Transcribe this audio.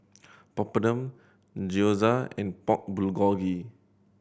Papadum Gyoza and Pork Bulgogi